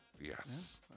Yes